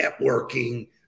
networking